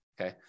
okay